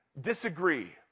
disagree